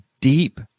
deep